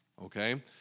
okay